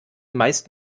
meist